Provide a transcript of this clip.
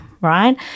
right